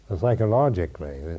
Psychologically